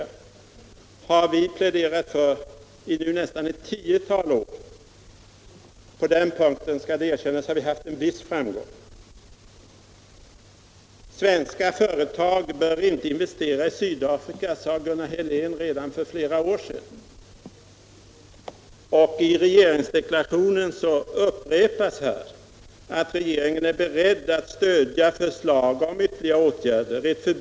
Det har vi pläderat för i nästan tio år. På den punkten, det skall erkännas, har vi haft en viss framgång. Svenska företag får inte investera i Sydafrika, sade Gunnar Helén redan för flera år sedan. Och i utrikesministerns tal inför FN upprepas att regeringen är beredd att stödja förslag om ytterligare åtgärder på detta område.